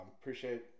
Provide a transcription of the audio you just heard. appreciate